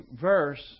verse